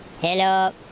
Hello